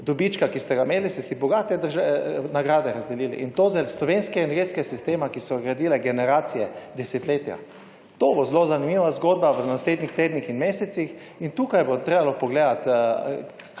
dobička, ki ste ga imeli, ste si bogate nagrade razdelili in to za slovenske energetske sisteme, ki so gradile generacije desetletja. To bo zelo zanimiva zgodba v naslednjih tednih in mesecih. In tukaj bo treba pogledati,